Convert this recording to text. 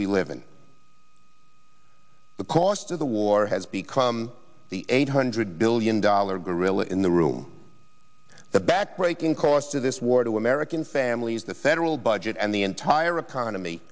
we live in the cost of the war has become the eight hundred billion dollar gorilla in the room the backbreaking cost of this war to american families the federal budget and the entire economy